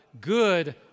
Good